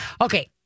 Okay